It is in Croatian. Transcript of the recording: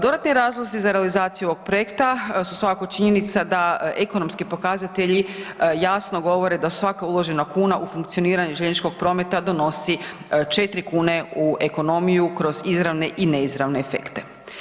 Dodatni razlozi za realizaciju ovog projekta su svakako činjenica da ekonomski pokazatelji jasno govore da svaka uložena kuna u funkcioniranje željezničkog prometa donosi 4 kune u ekonomiju kroz izravne i neizravne efekte.